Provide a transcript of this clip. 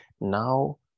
Now